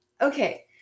okay